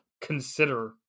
consider